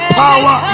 power